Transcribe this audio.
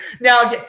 now